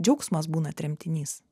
džiaugsmas būna tremtinys